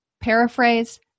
paraphrase